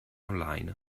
online